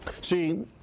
See